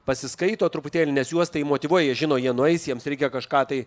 pasiskaito truputėlį nes juos tai motyvuoja jie žino jie nueis jiems reikia kažką tai